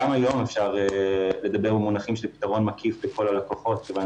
גם היום אפשר לדבר במונחים של פתרון מקיף לכל הלקוחות כיוון